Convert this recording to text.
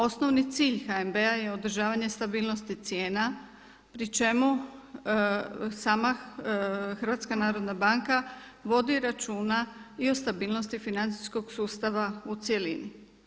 Osnovni cilj HNB-a je održavanje stabilnosti cijena pri čemu sama HNB vodi računa i o stabilnosti financijskog sustava u cjelini.